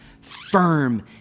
firm